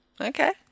okay